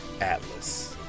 Atlas